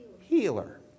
healer